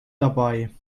dabei